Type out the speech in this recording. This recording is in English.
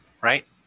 right